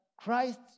Christ